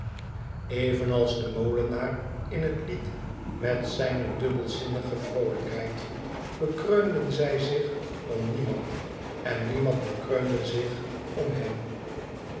evenals de molenaar in het lied met zijne dubbelzinnige vroolijkheid bekreunden zij zich om niemand en niemand bekreunde zich om hen